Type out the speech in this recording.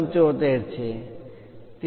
75 છે